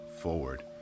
forward